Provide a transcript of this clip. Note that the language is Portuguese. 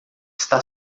está